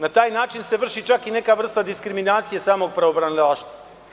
Na taj način se vrši neka vrsta diskriminacije samog pravobranilaštva.